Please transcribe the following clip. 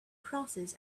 crosses